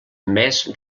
més